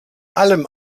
allem